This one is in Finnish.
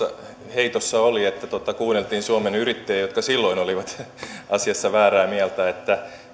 heitossa oli että kuunneltiin suomen yrittäjiä joka silloin oli asiassa väärää mieltä